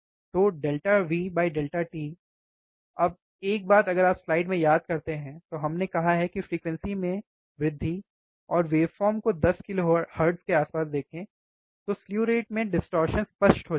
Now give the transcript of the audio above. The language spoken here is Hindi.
तो Vt अब एक बात अगर आप स्लाइड में याद करते हैं तो हमने कहा है कि फ्रीक्वेंसी में वृद्धि और वेवफ़ॉर्म को 10 किलोहर्ट्ज़ के आसपास देखें स्लु रेट डिस्टॉर्शन स्पष्ट हो जाएगी